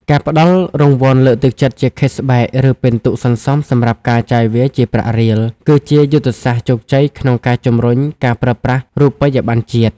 ការផ្ដល់រង្វាន់លើកទឹកចិត្តជា "Cashback" ឬពិន្ទុសន្សំសម្រាប់ការចាយវាយជាប្រាក់រៀល គឺជាយុទ្ធសាស្ត្រជោគជ័យក្នុងការជម្រុញការប្រើប្រាស់រូបិយបណ្ណជាតិ។